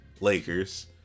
Lakers